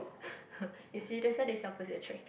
you see that's why they say opposite attract